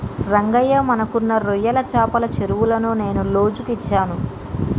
రంగయ్య మనకున్న రొయ్యల చెపల చెరువులను నేను లోజుకు ఇచ్చాను